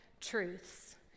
truths